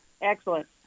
Excellent